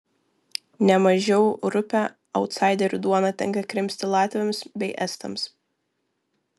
ne mažiau rupią autsaiderių duoną tenka krimsti latviams bei estams